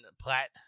plat